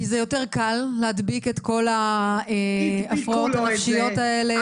כי זה יותר קל להדביק את כל ההפרעות הנפשיות האלה.